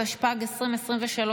התשפ"ג 2023,